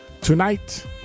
tonight